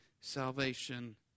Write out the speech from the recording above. salvation